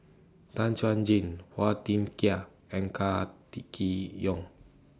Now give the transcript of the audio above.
Tan Chuan Jin Phua Thin Kiay and Car T Kee Yong